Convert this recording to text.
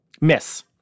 Miss